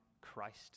Christ